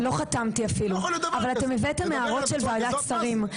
לא חתמתי אפילו אבל אתם הבאתם הערות של ועדת שרים,